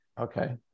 okay